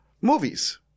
movies